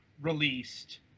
released